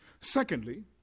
Secondly